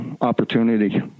opportunity